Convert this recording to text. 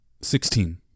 Sixteen